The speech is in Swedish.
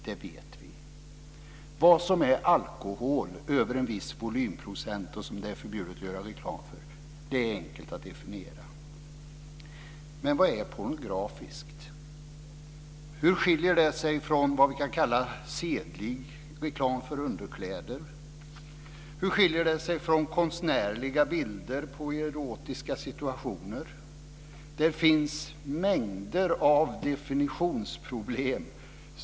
Det är enkelt att definiera vad som är alkohol över en viss volymprocent som det är förbjudet att göra reklam för. Men vad är pornografiskt? Hur skiljer det sig från det vi kan kalla sedlig reklam för underkläder? Hur skiljer det sig från konstnärliga bilder på erotiska situationer? Det finns mängder av definitionsproblem.